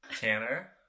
Tanner